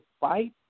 fight